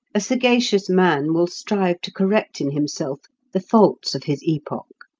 a sagacious man will strive to correct in himself the faults of his epoch.